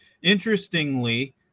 Interestingly